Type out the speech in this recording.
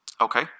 Okay